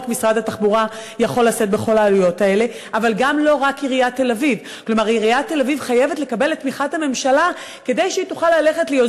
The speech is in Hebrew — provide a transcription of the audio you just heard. התשתיות וההיערכות, אבל אני חושבת שיש